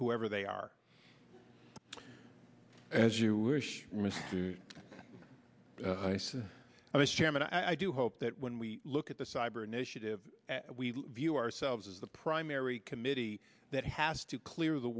whoever they are as you wish mister i said i was chairman i do hope that when we look at the cyber initiative we view ourselves as the primary committee that has to clear the